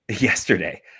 yesterday